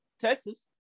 Texas